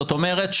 זאת אומרת,